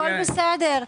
הכול בסדר.